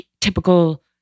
typical